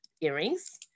earrings